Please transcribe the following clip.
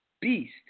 beast